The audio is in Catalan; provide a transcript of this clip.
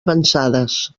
avançades